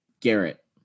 Garrett